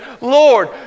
Lord